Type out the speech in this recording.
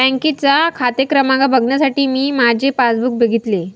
बँकेचा खाते क्रमांक बघण्यासाठी मी माझे पासबुक बघितले